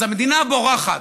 אז המדינה בורחת.